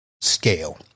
scale